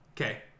Okay